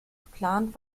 geplant